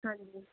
ਹਾਂਜੀ